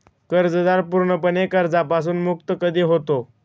कर्जदार पूर्णपणे कर्जापासून मुक्त कधी होतो?